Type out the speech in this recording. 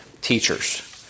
teachers